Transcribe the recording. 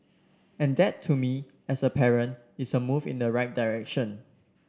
and that to me as a parent is a move in the right direction